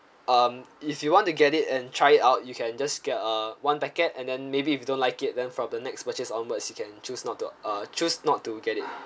um if you want to get it and try it out you can just get err one packet and then maybe if you don't like it then for the next purchase onwards you can choose not to uh choose not to get it